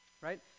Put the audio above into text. Right